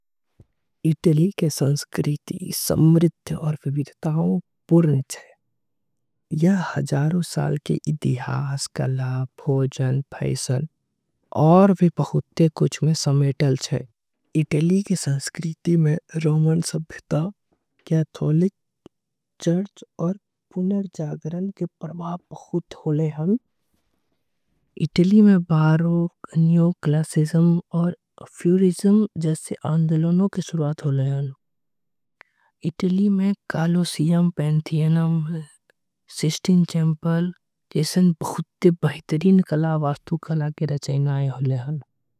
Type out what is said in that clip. इटली के संस्कृति इटली समृद्ध आऊ विविधता पूर्ण हैवे छीये। यहां हजारों साल के इतिहास, कला, भोजन फैशन। और भी बहुत कुछ में सम्मिलित रहले इटली के संस्कृति में। रोमन सभ्यता केथोलिक और पुनर्जागरण के प्रवाद घोलो। प्रचलित हे इटली में कालोशियम पेंटीनियम, सिस्टीन। चैंपल के बेहतरीन कला वास्तुकला के रचयिता छे।